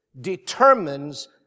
determines